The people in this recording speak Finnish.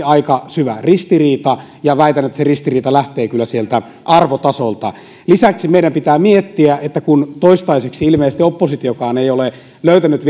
aika syvä ristiriita ja väitän että se ristiriita lähtee kyllä sieltä arvotasolta lisäksi meidän pitää miettiä että kun toistaiseksi ilmeisesti oppositiokaan ei ole löytänyt